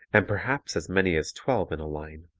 and perhaps as many as twelve in a line,